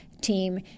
team